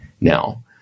Now